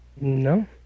No